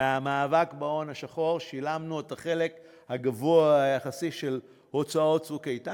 מהמאבק בהון השחור שילמנו את החלק הגבוה היחסי של הוצאות "צוק איתן".